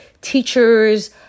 teachers